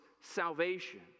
salvation